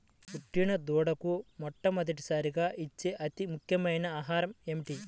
పుట్టిన దూడకు మొట్టమొదటిసారిగా ఇచ్చే అతి ముఖ్యమైన ఆహారము ఏంటి?